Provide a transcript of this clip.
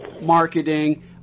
marketing